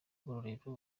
ngororero